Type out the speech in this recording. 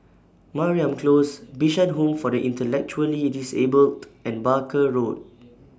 Mariam Close Bishan Home For The Intellectually Disabled and Barker Road